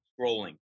scrolling